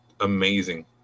amazing